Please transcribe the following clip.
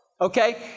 Okay